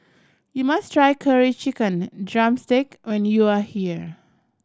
you must try Curry Chicken drumstick when you are here